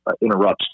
interrupts